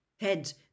Heads